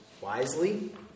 wisely